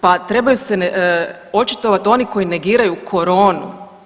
Pa trebaju se očitovat oni koji negiraju koronu.